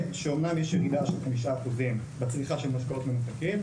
שאומנם יש ירידה של 5% בצריכת משקאות ממותקים,